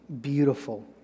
beautiful